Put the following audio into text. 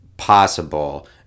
possible